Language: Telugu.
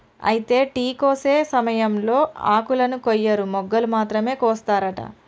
అయితే టీ కోసే సమయంలో ఆకులను కొయ్యరు మొగ్గలు మాత్రమే కోస్తారట